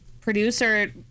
producer